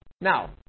Now